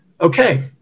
okay